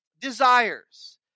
desires